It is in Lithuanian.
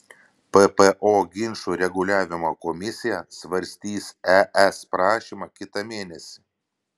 ppo ginčų reguliavimo komisija svarstys es prašymą kitą mėnesį